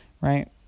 Right